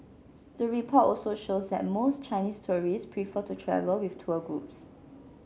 the report also shows that most Chinese tourists prefer to travel with tour groups